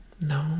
No